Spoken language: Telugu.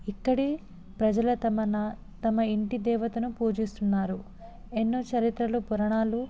ఇక్కడి ప్రజల తమ న తమ ఇంటి దేవతను పూజిస్తున్నారు ఎన్నో చరిత్రలు పురాణాలు